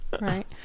Right